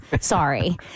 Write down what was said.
sorry